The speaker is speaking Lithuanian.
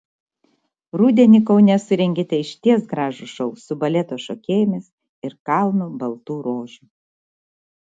rudenį kaune surengėte išties gražų šou su baleto šokėjomis ir kalnu baltų rožių